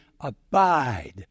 abide